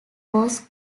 was